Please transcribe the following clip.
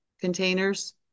containers